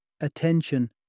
attention